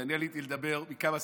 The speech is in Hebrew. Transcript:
שאני עליתי לדבר מכמה סיבות,